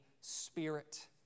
Spirit